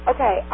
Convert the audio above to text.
Okay